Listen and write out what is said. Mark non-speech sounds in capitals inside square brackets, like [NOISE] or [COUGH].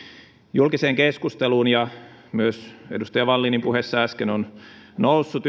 julkiseen keskusteluun ja myös edustaja wallinin puheissa äsken on noussut [UNINTELLIGIBLE]